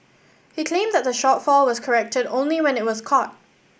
he claimed that the shortfall was corrected only when it was caught